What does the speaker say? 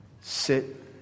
sit